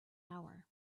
hour